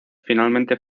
finalmente